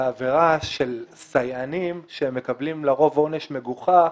בעבירה של סייענים שהם מקבלים לרוב עונש מגוחך,